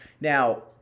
now